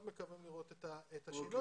מאוד מקווים לראות את השינוי.